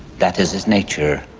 that is his nature.